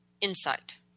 insight